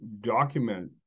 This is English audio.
document